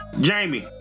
Jamie